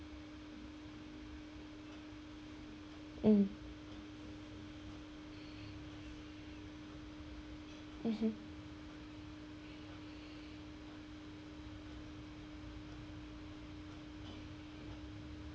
mm mmhmm